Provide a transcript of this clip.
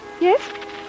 Yes